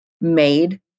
made